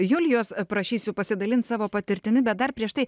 julijos prašysiu pasidalint savo patirtimi bet dar prieš tai